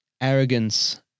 arrogance